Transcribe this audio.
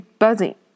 buzzing